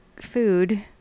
food